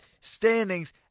standings